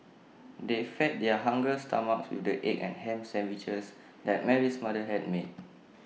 they fed their hungry stomachs with the egg and Ham Sandwiches that Mary's mother had made